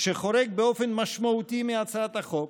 שחורג באופן משמעותי מהצעת החוק